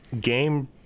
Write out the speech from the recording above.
Game